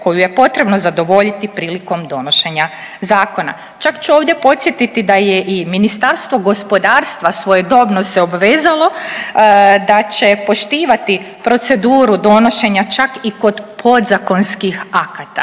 koju je potrebno zadovoljiti prilikom donošenja zakona. Čak ću ovdje podsjetiti da je i Ministarstvo gospodarstva svojedobno se obvezalo da će poštivati proceduru donošenja čak i kod podzakonskih akata.